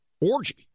orgy